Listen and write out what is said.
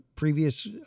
previous